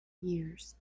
years